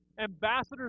ambassadors